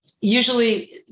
Usually